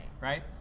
Right